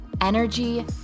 Energy